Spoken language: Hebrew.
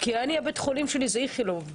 כי בית החולים שלי הוא איכילוב.